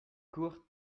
cour